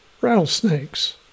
rattlesnakes